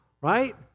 right